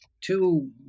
two